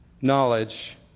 knowledge